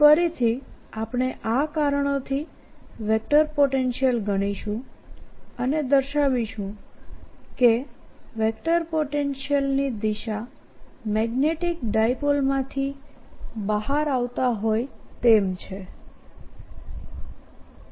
ફરીથીઆપણે આ કારણોથી vector potential ગણીશું અનેદર્શાવીશું કેવેક્ટર પોટેન્શિયલ ની દિશા મેગ્નેટીક ડાયપોલમાંથી બહાર આવતા હોય તેમછે